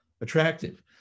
attractive